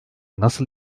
nasıl